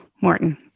Morton